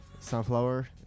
Sunflower